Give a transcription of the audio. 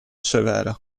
severa